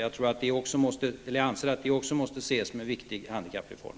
Jag anser att också detta måste betraktas som en viktig handikappreform.